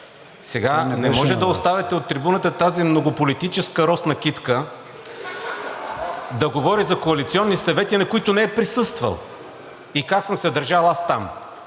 Не може да оставяте от трибуната тази многополитическа росна китка (смях) да говори за коалиционни съвети, на които не е присъствал, и как съм се държал аз там.